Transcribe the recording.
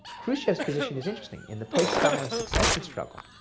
khrushchev's position is interesting. in the post-stalin succession struggle,